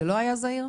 זה לא היה זהיר?